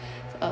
uh